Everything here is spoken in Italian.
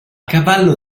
cavallo